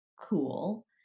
cool